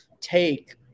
take